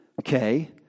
Okay